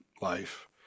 life